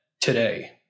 today